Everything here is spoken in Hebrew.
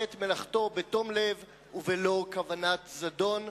את מלאכתו בתום לב ובלא כוונת זדון.